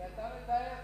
כי אתה מתאר,